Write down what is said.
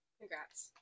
Congrats